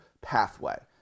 pathway